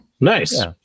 Nice